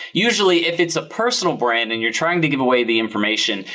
usually if it is a personal brand and you are trying to give away the information,